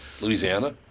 Louisiana